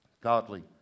Godly